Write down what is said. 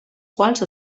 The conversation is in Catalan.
quals